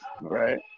Right